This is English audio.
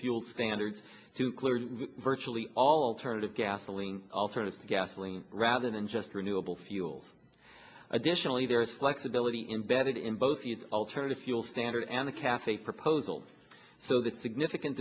fuel standards to clear virtually all alternative gasoline alternative to gasoline rather than just renewable fuels additionally there is flexibility imbedded in both the alternative fuel standard and the cafe proposals so that significant